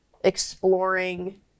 exploring